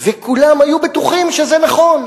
וכולם היו בטוחים שזה נכון.